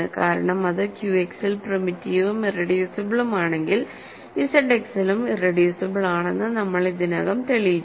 കാരണംഅത് ക്യുഎക്സിൽ പ്രിമിറ്റീവും ഇറെഡ്യൂസിബിളുമാണെങ്കിൽ ഇസഡ് എക്സിലും ഇറെഡ്യൂസിബിൾ ആണെന്ന് നമ്മൾ ഇതിനകം തെളിയിച്ചു